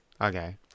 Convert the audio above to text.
Okay